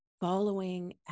following